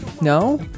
No